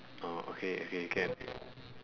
oh okay okay can